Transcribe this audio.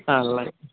ആണല്ലേ